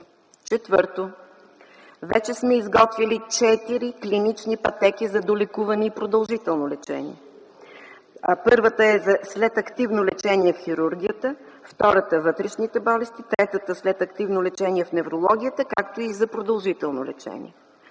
Четвърто, вече сме изготвили четири клинични пътеки за долекуване и продължително лечение. Първата е за след активно лечение в хирургията, втората – вътрешните болести, третата – след активно лечение в неврологията, както и за продължително лечение.